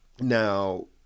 Now